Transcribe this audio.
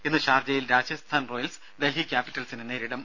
ഇന്ന് ഷാർജയിൽ രാജസ്ഥാൻ റോയൽസ് ഡൽഹി ക്യാപ്പിറ്റൽസിനെ നേരിടും